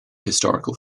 historical